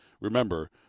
Remember